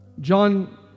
John